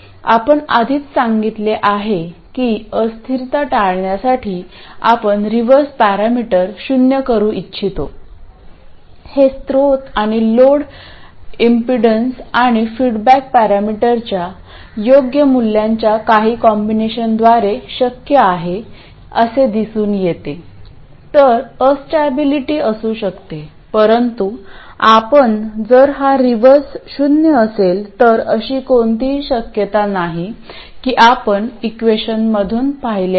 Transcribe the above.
आपण आधीच सांगितले आहे की अस्थिरता टाळण्यासाठी आपण रिव्हर्स पॅरामीटर शून्य करू इच्छितो हे स्त्रोत आणि लोड एमपीडन्स आणि फीडबॅक पॅरामीटरच्या योग्य मूल्यांच्या काही कॉम्बिनेशनद्वारे शक्य आहे असे दिसून येते तर अस्टॅबिलिटी असू शकते परंतु आपण जर हा रिव्हर्स शून्य असेल तर अशी कोणतीही शक्यता नाही की आपण इक्वेशनमधून पाहिले आहे